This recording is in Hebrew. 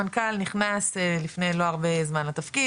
המנכ"ל נכנס לפני לא הרבה זמן לתפקיד,